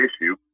issue